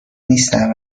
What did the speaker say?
نیستن